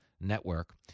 Network